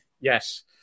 Yes